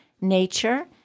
nature